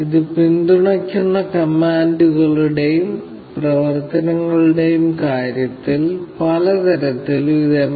ഇത് പിന്തുണയ്ക്കുന്ന കമാൻഡുകളുടെയും പ്രവർത്തനങ്ങളുടെയും കാര്യത്തിൽ പല തരത്തിൽ ഇത് എം